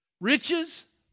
Riches